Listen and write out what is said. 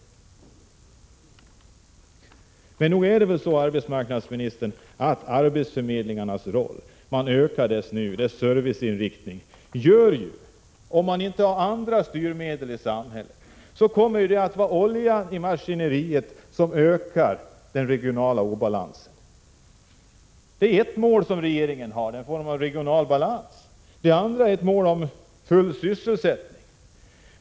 Men nog är det väl så, arbetsmarknadsministern, att arbetsförmedlingarna — man förstärker ju nu deras serviceinriktning — om man inte har andra styrmedel kommer att vara oljan i det maskineri som ökar den regionala obalansen? Ett av regeringens mål är ju en form av regional balans. Ett annat mål är full sysselsättning.